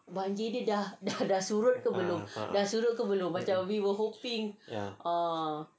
ah ah ya